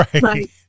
Right